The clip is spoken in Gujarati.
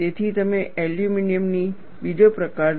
તેથી તમે એલ્યુમિનિયમની બીજો પ્રકાર લો